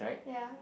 ya